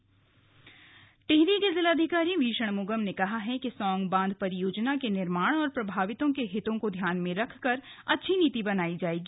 slug Song बांध टिहरी टिहरी के जिलाधिकारी वी षणमुगम ने कहा है कि सौंग बांध परियोजना के निर्माण और प्रभावितों के हितों को ध्यान में रखकर अच्छी नीति बनायी जायेगी